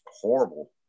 horrible